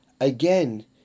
again